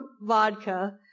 vodka